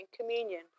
communion